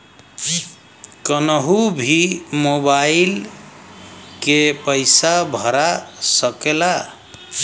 कन्हू भी मोबाइल के पैसा भरा सकीला?